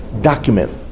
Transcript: document